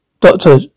Doctor